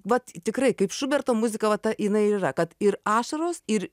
vat tikrai kaip šuberto muzika va ta jinai ir yra kad ir ašaros ir